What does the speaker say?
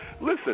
listen